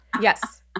Yes